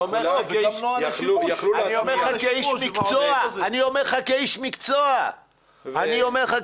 אני אומר לך כאיש מקצוע, לא.